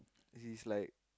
he's like